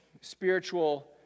spiritual